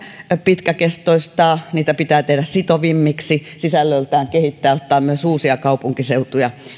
pitkäkestoistaa niitä pitää tehdä sitovammiksi sisällöltään kehittää ottaa myös uusia kaupunkiseutuja